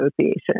Association